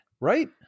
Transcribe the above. right